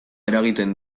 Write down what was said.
eragiten